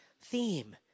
theme